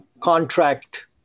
contract